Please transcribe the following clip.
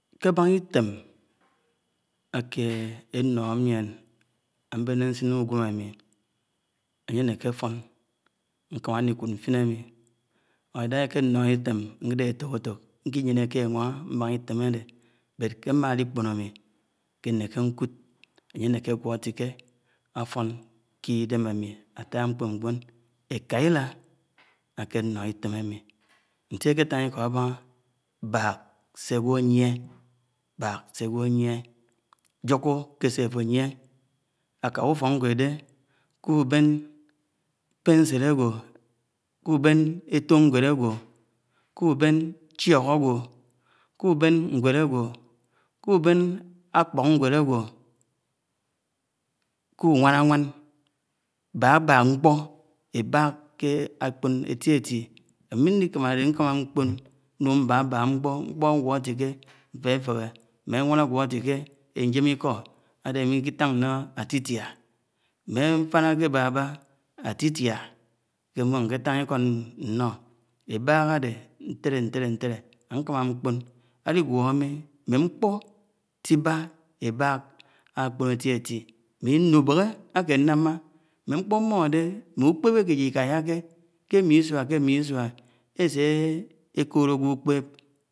Kébáná Itém áke eñọhọ miéṇ Ábéne nsīn ke úgwém ǎmi, ánye áněke áfọn nkámá ṉligwo ñfịn ámi Idáhá ekénọhọ Item nkede etok-etok nƙeyeneke éwáhá mbáhá Item̱ áde, nkémá li ḱpọ ámi, nké néké nkúd, anye áneke agwo atike afon ke Idém ámi átá kpónkpon. Eká llá ake ǎno Item̱ ámi nséke tán lkọ ábáhá? Bák se agẃo̱ áyie bák sé ágwo áyie, njúko̱ ke se áfo áyie, ákáh ùfo̱k nwed. Kúben éto nwed agwo, kuben nwed agwo, kùbén ákpo̱r nwéd ágwó, kúwáná áwán, babak nkpo ébák ke ákpọn eti-eti, ámi nli kámá áde nkámá ñkpọn nun bábák nḱpo, nḱpo̱ ágẃo atike nfefehe, ewan aguo atike ejém̱ lko, āde ámi íkitáṉ ṉnọ́ átitiá mme nfina ake baba, átitia ké eḇák áde ṉtélé, ṇtélé, ntélé nkámá nkp̄o̱n al̄igw̄o̱ mi̱ mm̱é nkp̄ọ tibá ebák ákpo̱n eti-eti, mm̱e núbéhè áke nnama, mme nkpo mmọde, mm̱e ukṕep áke aj́id lkáyá ke, ke, mi sūa, ké misuá, esé ékọd agẃọ uḱpép.